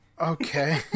Okay